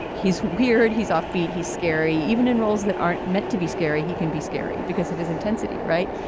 he's weird he's offbeat he's scary even in roles that aren't meant to be scary he can be scary because of his intensity right.